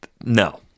No